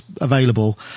available